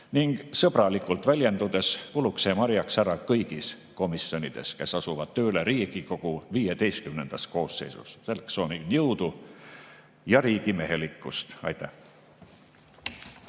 Ning sõbralikult väljendudes kuluks see marjaks ära kõigis komisjonides, kes asuvad tööle Riigikogu XV koosseisus. Selleks soovin jõudu ja riigimehelikkust. Aitäh!